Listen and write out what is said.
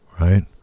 right